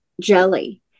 jelly